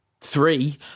three